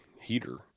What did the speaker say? heater